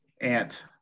Ant